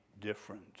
different